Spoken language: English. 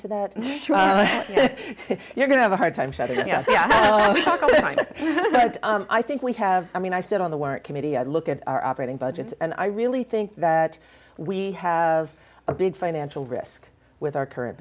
to that you're going to have a hard time said yeah i think we have i mean i sit on the work committee i look at our operating budgets and i really think that we have a big financial risk with our current